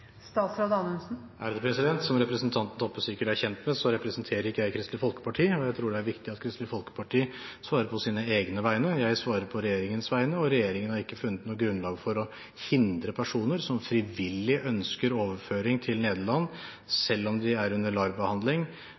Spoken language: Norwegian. og jeg tror det er viktig at Kristelig Folkeparti svarer på egne vegne. Jeg svarer på regjeringens vegne, og regjeringen har ikke funnet noe grunnlag for å hindre personer som frivillig ønsker overføring til Nederland, selv om de er under